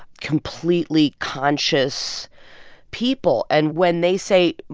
completely conscious people. and when they say,